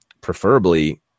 preferably